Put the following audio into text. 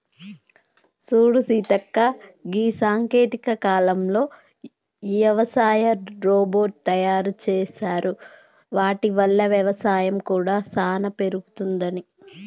సూడు సీతక్క గీ సాంకేతిక కాలంలో యవసాయ రోబోట్ తయారు సేసారు వాటి వల్ల వ్యవసాయం కూడా సానా పెరుగుతది